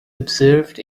observed